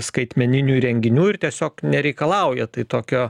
skaitmeninių įrenginių ir tiesiog nereikalauja tai tokio